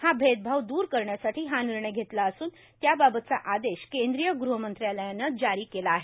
हा भेदभाव दूर करण्यासाठी हा निर्णय घेतला असून त्याबाबतचा आदेश केंद्रीय गृहमंत्रालयानं जारी केला आहे